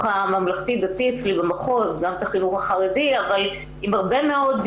הממלכתי-דתי אצלי במחוז גם את החינוך החרדי